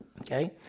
Okay